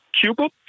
Cuba